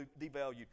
devalued